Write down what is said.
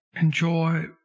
enjoy